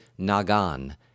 nagan